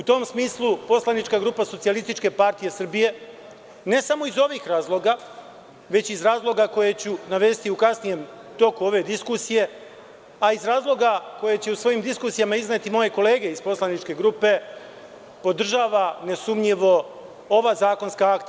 U tom smislu, poslanička grupa Socijalističke partije Srbije, ne samo iz ovih razloga, već iz razloga koje ću navesti u kasnijem toku ove diskusije, a iz razloga koje će u svojim diskusijama izneti moje kolege iz poslaničke grupe, podržava nesumnjivo ova zakonska akta.